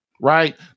right